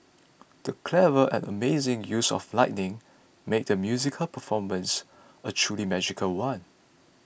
the clever and amazing use of lighting made the musical performance a truly magical one